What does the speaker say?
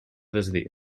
desdir